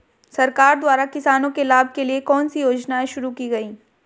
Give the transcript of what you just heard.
सरकार द्वारा किसानों के लाभ के लिए कौन सी योजनाएँ शुरू की गईं?